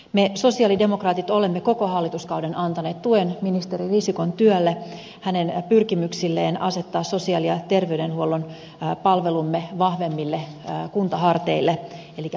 me sosialidemokraatit olemme koko hallituskauden antaneet tuen ministeri risikon työlle hänen pyrkimyksilleen asettaa sosiaali ja terveydenhuollon palvelumme vahvemmille kuntaharteille elikkä peruskunnille